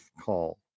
call